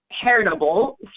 heritable